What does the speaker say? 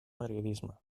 periodisme